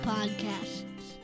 Podcasts